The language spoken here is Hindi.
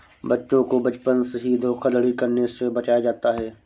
बच्चों को बचपन से ही धोखाधड़ी करने से बचाया जाता है